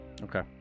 Okay